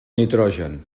nitrogen